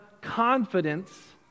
confidence